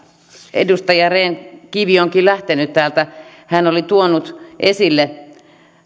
edustaja rehn kivi onkin lähtenyt täältä hän oli tuonut esille